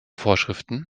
vorschriften